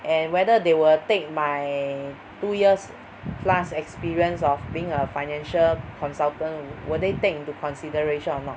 and whether they will take my two years plus experience of being a financial consultant will they take into consideration or not